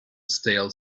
stale